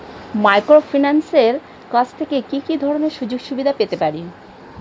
মাইক্রোফিন্যান্সের কাছ থেকে কি কি ধরনের সুযোগসুবিধা পেতে পারি?